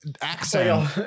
Accent